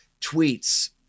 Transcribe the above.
tweets